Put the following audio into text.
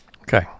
Okay